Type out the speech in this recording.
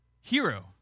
hero